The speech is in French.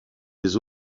des